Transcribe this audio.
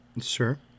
Sure